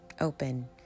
open